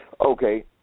Okay